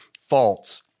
false